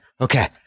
okay